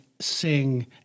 sing